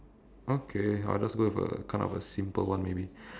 okay I will just go with a kind of a simple one maybe